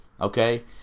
Okay